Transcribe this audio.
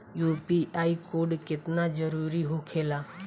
UPI code केतना जरुरी होखेला?